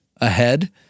ahead